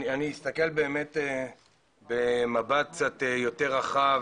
אני מסתכל באמת במצב קצת יותר רחב